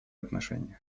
отношениях